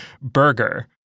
burger